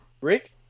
Rick